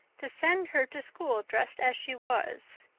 to send her to school dressed as she was.